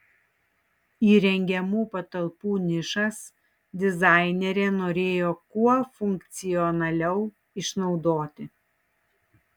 įrengiamų patalpų nišas dizainerė norėjo kuo funkcionaliau išnaudoti